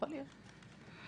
יכול להיות.